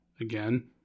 again